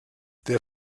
der